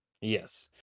Yes